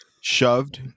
shoved